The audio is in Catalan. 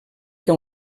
que